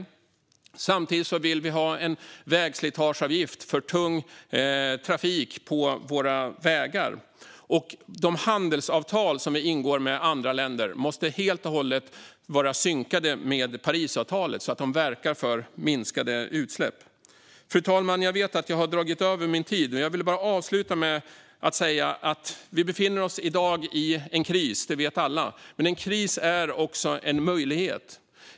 Samtidigt vill vi ha en vägslitageavgift för tung trafik på våra vägar. De handelsavtal som vi ingår med andra länder måste helt och hållet vara synkade med Parisavtalet så att de verkar för minskade utsläpp. Fru talman! Jag vet att jag har dragit över min talartid, men jag vill bara avsluta med att säga att vi i dag befinner oss i en kris - det vet alla. Men en kris är också en möjlighet.